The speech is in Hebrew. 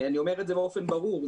אני אומר את זה באופן ברור.